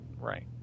Right